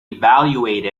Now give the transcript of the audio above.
evaluate